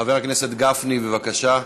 חבר הכנסת גפני, בבקשה,